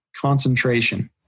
concentration